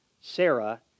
Sarah